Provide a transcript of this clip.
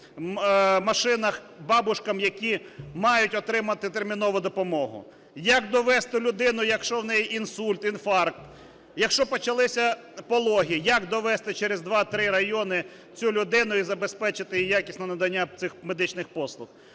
машинах бабушкам, які мають отримати термінову допомогу? Як довести людину, якщо у неї інсульт, інфаркт? Якщо почалися пологи, як довезти через два-три райони цю людину і забезпечити їй якісне надання цих медичних послуг?